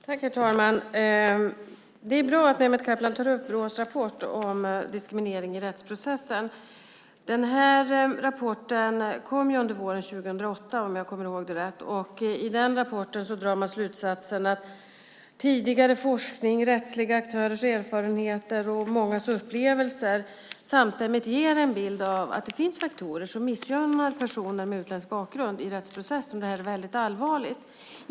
Herr talman! Det är bra att Mehmet Kaplan tar upp Brås rapport om diskriminering i rättsprocesser. Rapporten kom under våren 2008, om jag kommer ihåg det rätt. I rapporten drar man slutsatsen att tidigare forskning, rättsliga aktörers erfarenheter och mångas upplevelser samstämmigt ger en bild av att det finns faktorer som missgynnar personer med utländsk bakgrund i rättsprocesser, och det är väldigt allvarligt.